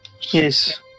Yes